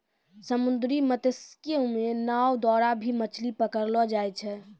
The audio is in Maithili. समुन्द्री मत्स्यिकी मे नाँव द्वारा भी मछली पकड़लो जाय छै